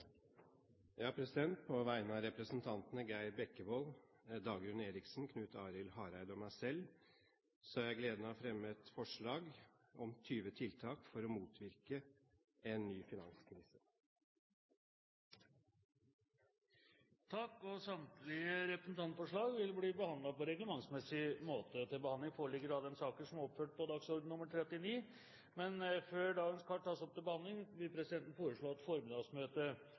På vegne av representantene Geir Jørgen Bekkevold, Dagrun Eriksen, Knut Arild Hareide og meg selv har jeg gleden av å fremme et forslag om 20 tiltak for å motvirke en ny finanskrise. Samtlige representantforslag vil bli behandlet på reglementsmessig måte. Før sakene på dagens kart tas opp til behandling, vil presidenten foreslå at formiddagsmøtet om nødvendig fortsetter utover den reglementsmessige tid, kl. 16, til dagens kart